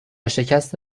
شکست